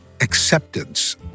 acceptance